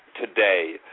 today